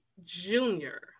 Junior